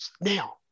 now